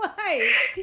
why